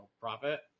profit